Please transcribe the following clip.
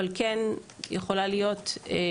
אבל כן חייבת להיות היכרות,